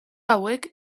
hauek